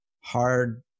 hard